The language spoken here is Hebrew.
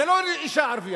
זה לא לאשה ערבייה.